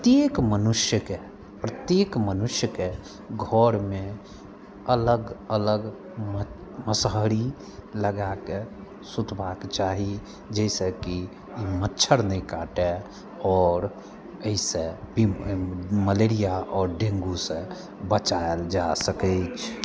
प्रत्येक मनुष्यके प्रत्येक मनुष्यके घरमे अलग अलग मसहरी लगाकऽ सुतबाके चाही जाहिसँकि मच्छर नहि काटै आओर एहिसँ मलेरिआ आओर डेंगूसँ बचाएल जा सकैत अछि